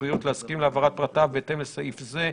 הבריאות להסכים להעברת פרטיו בהתאם לסעיף זה.